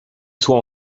soit